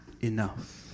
enough